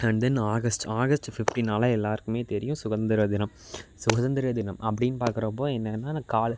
and then August August ஃபிப்டீன்னாலே எல்லோருக்குமே தெரியும் சுதந்திர தினம் சுதந்திர தினம் அப்படின்னு பார்க்குறப்போ என்னென்னா கால்